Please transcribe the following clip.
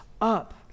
up